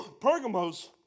Pergamos